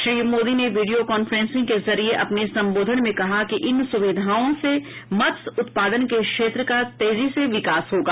श्री मोदी ने video conference के जरिए अपने सम्बोधन में कहा कि इन सुविधाओं से मत्स्य उत्पादन के क्षेत्र का तेजी से विकास होगा